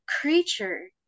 creature